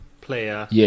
player